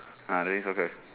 ah playing soccer